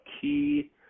key